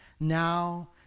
Now